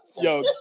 Yo